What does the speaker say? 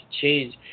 change